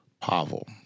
Pavel